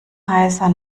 heißer